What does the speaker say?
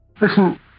listen